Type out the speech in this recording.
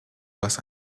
was